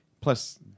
plus